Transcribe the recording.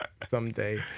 someday